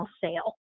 sale